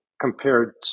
compared